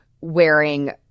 wearing